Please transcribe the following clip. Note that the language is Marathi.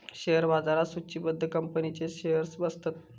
शेअर बाजारात सुचिबद्ध कंपनींचेच शेअर्स असतत